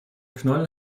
knoll